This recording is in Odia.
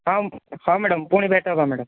ହଁ ହଁ ମ୍ୟାଡ଼ାମ୍ ପୁଣି ଭେଟ ହେବା ମ୍ୟାଡ଼ାମ୍